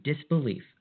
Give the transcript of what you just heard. disbelief